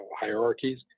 hierarchies